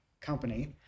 company